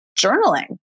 journaling